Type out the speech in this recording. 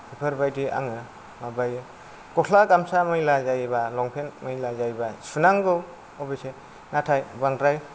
बेफोरबायदि आङो माबायो गस्ला गामसा मैला जायोबा लंफेन्त मैला जायोबा सुनांगौ अबयसे नाथाय बांद्राय